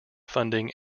funding